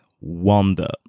Wanda